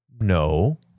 No